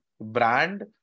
Brand